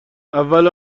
اول